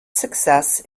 success